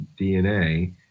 dna